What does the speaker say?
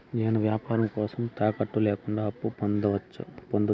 నేను వ్యాపారం కోసం తాకట్టు లేకుండా అప్పు పొందొచ్చా?